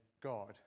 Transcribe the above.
God